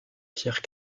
pierre